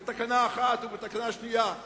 בתקנה אחת ובתקנה שנייה,